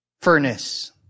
furnace